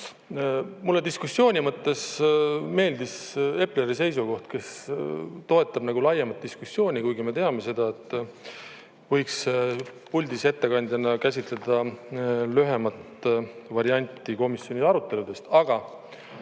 Mulle diskussiooni mõttes meeldis Epleri seisukoht, kes toetab nagu laiemat diskussiooni, kuigi me teame seda, et võiks puldis ettekandjana käsitleda lühemat varianti komisjoni aruteludest. Aga